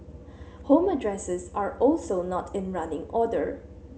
home addresses are also not in running order